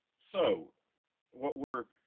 so what we're